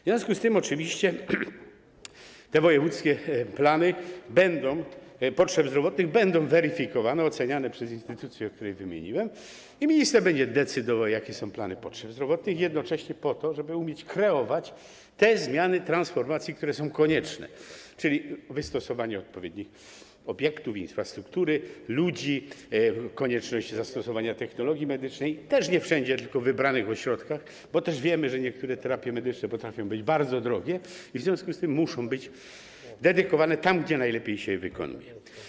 W związku z tym te wojewódzkie plany potrzeb zdrowotnych będą weryfikowane, oceniane przez instytucje, które wymieniłem, i minister będzie decydował, jakie są plany potrzeb zdrowotnych, jednocześnie po to żeby umieć kreować te zmiany transformacji, które są konieczne, czyli chodzi o odpowiednie obiekty i infrastrukturę, ludzi, konieczność zastosowania technologii medycznych, też nie wszędzie, tylko w wybranych ośrodkach, bo wiemy, że niektóre terapie medyczne potrafią być bardzo drogie i w związku z tym muszą być dedykowane tam, gdzie najlepiej się je wykonuje.